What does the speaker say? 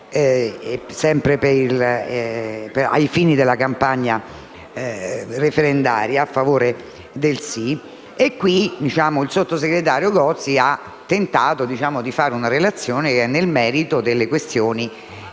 sempre ai fini della campagna referendaria a favore del «sì». Qui, invece, il sottosegretario Gozi ha tentato di fare una relazione che entrasse nel merito delle questioni